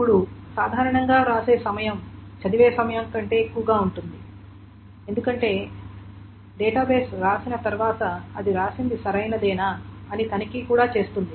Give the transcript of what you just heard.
ఇప్పుడు సాధారణంగా వ్రాసే సమయం చదివే సమయం కంటే ఎక్కువగా ఉంటుంది ఎందుకంటే డేటాబేస్ వ్రాసిన తర్వాత అది వ్రాసినది సరియైనదేనా అని తనిఖీ కూడా చేస్తుంది